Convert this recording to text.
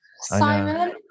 simon